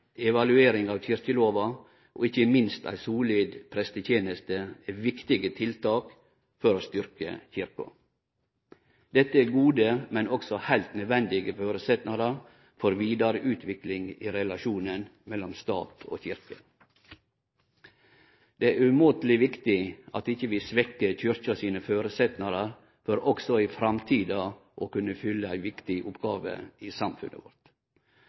evaluering av kyrkjelova og ikkje minst ei solid presteteneste er viktige tiltak for å styrkje Kyrkja. Dette er gode, men også heilt nødvendige føresetnader for vidare utvikling i relasjonen mellom stat og kyrkje. Det er umåteleg viktig at vi ikkje svekkjer Kyrkja sine føresetnader for også i framtida å kunne fylle ei viktig oppgåve i samfunnet vårt.